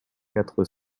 quatre